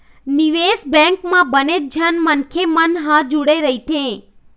निवेश बेंक म बनेच झन मनखे मन ह जुड़े रहिथे